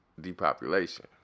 depopulation